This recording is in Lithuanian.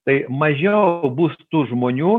tai mažiau bus tų žmonių